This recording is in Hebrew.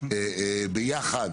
וביחד